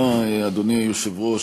אדוני היושב-ראש,